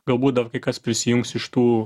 galbūt dar kai kas prisijungs iš tų